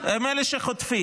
הם אלה שחוטפים,